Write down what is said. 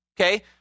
Okay